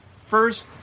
First